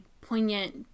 poignant